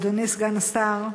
אדוני סגן השר,